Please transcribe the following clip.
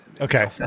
Okay